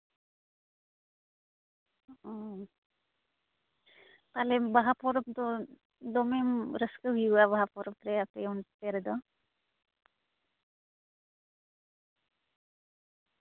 ᱚ ᱛᱟᱦᱞᱮ ᱵᱟᱦᱟ ᱯᱚᱨᱚᱵᱽ ᱫᱚ ᱫᱚᱢᱮᱢ ᱨᱟᱹᱥᱠᱟᱹ ᱦᱩᱭᱩᱜᱼᱟ ᱵᱟᱦᱟ ᱯᱚᱨᱚᱵᱽ ᱨᱮ ᱟᱯᱮ ᱚᱱᱛᱮ ᱨᱮᱫᱚ